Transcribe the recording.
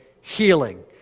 healing